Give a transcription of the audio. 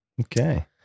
okay